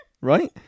Right